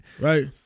Right